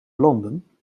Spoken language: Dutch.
landen